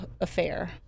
affair